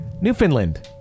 Newfoundland